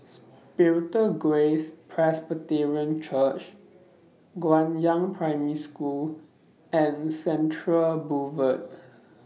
Spiritual Grace Presbyterian Church Guangyang Primary School and Central Boulevard